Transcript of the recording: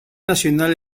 nacional